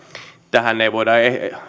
tähän ei voida